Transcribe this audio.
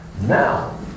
now